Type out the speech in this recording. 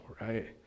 right